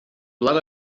blood